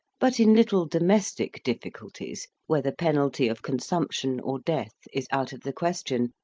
but in little domestic difficulties, where the penalty of consumption, or death, is out of the question,